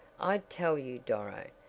i tell you, doro,